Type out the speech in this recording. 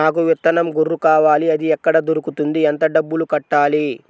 నాకు విత్తనం గొర్రు కావాలి? అది ఎక్కడ దొరుకుతుంది? ఎంత డబ్బులు కట్టాలి?